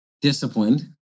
disciplined